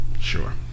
Sure